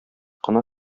кына